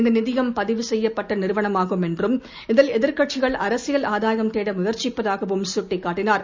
இந்தநிதியம் பதிவு செய்யப்பட்டநிறுவனமாகும் என்றும் இதில் எதிர்க்கட்சிகள் அரசியல் ஆதாயம் தேடமுயற்சிப்பதாகவும் சுட்டிக்காட்டினார்